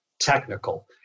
technical